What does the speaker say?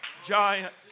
giant